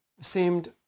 seemed